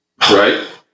right